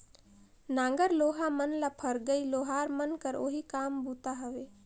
नांगर लोहा मन ल फरगई लोहार मन कर ओही काम बूता हवे